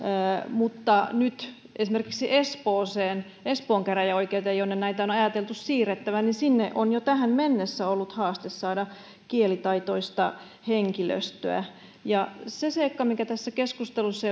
mutta nyt esimerkiksi espoon käräjäoikeuteen jonne näitä on on ajateltu siirrettävän on jo tähän mennessä ollut haasteellista saada kielitaitoista henkilöstöä se seikka mikä tässä keskustelussa